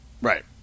Right